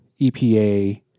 EPA